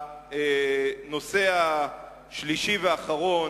הנושא השלישי והאחרון,